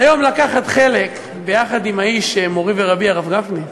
היום, ביחד עם האיש, מורי ורבי, הרב גפני,